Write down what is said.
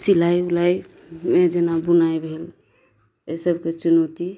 सिलाइ उलाइमे जेना बुनाइ भेल एहि सभके चुनौती